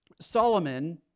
Solomon